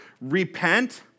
repent